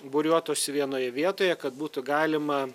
būriuotųsi vienoje vietoje kad būtų galima